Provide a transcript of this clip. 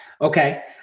okay